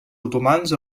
otomans